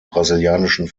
brasilianischen